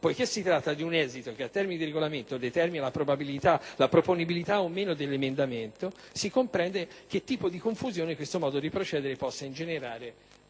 Poiché si tratta di un esito che, a termini di Regolamento, determina la proponibilità o meno dell'emendamento, si comprende che tipo di confusione questo modo di procedere possa ingenerare